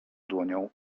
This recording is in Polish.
dłonią